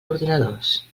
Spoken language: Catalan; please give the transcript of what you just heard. ordinadors